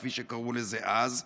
כפי שקראו לזה אז.